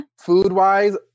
food-wise